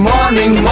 Morning